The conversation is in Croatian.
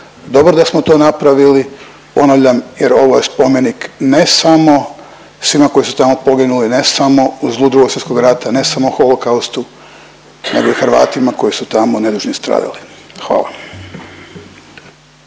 Dobro da smo to napravili, ponavljam jer ovo je spomenik ne samo svima koji su tamo poginuli, ne samo zlu II. Svjetskog rata, ne samo Holokaustu, nego i Hrvatima koji su tamo nedužni stradali, hvala.